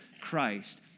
Christ